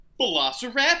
velociraptor